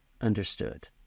understood